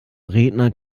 redner